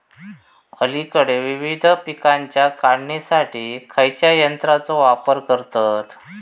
अलीकडे विविध पीकांच्या काढणीसाठी खयाच्या यंत्राचो वापर करतत?